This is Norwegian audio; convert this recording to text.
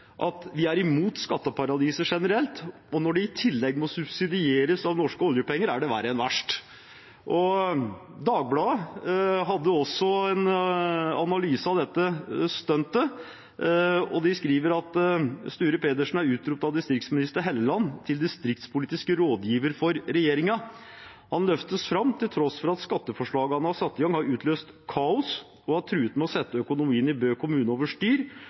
vi er generelt imot skatteparadiser. Når de i tillegg må subsidieres av norske oljepenger, er det verre enn verst.» Dagbladet hadde også en analyse av dette stuntet. De skrev: «Sture Pedersen er utropt av distriktsminister Linda Hofstad Helleland til distriktspolitisk rådgiver for regjeringen. Han løftes til tross for at skatteforslaget han har satt i gang har utløst kaos, og har truet med å sette økonomien i Bø